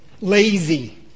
lazy